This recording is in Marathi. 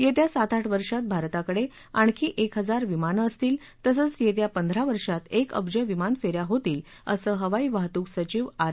येत्या सात आठ वर्षात भारताकडे आणखी एक हजार विमानं असतील तसंच येत्या पंधरा वर्षात एक अब्ज विमान फे या होतील असं हवाई वाहतूक सचिव आर